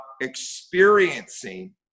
experiencing